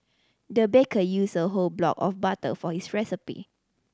the baker used a whole block of butter for his recipe